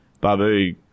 Babu